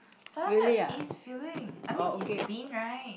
soya milk is filling I mean it's bean right